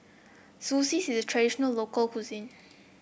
Zosui is traditional local cuisine